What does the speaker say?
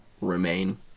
remain